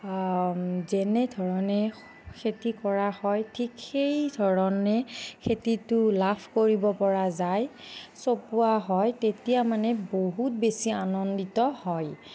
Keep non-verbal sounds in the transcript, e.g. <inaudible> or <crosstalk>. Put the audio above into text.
যেনে ধৰণে <unintelligible> খেতি কৰা হয় ঠিক সেই ধৰণে খেতিটো লাভ কৰিব পৰা যায় চপোৱা হয় তেতিয়া মানে বহুত বেছি আনন্দিত হয়